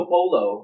Polo